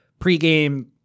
pregame